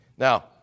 Now